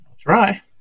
Try